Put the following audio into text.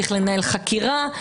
לנהל חקירה,